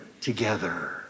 together